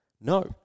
No